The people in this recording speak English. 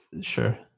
sure